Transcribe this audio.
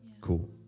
Cool